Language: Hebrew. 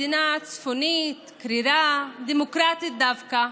מדינה צפונית, קרירה, דמוקרטית דווקא,